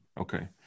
okay